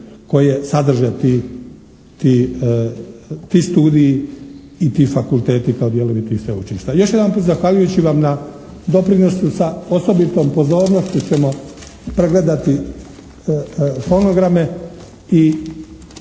koje sadrže ti studiji i ti fakulteti kao dijelovi tih sveučilišta. Još jedanput zahvaljujući vam na doprinosu sa osobitom pozornošću ćemo pregledati fonograme i